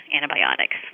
antibiotics